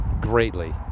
greatly